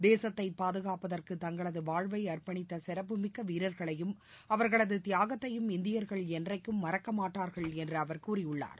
தேசத்தை பாதுகாப்பதற்கு தங்களது வாழ்வை அர்ப்பணித்த சிறப்புமிக்க வீரர்களையும் அவர்களது தியாகத்தையும் இந்தியா்கள் என்றைக்கும் மறக்க மாட்டாா்கள் என்று அவா் கூறியுள்ளாா்